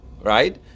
right